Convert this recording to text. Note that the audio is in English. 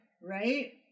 right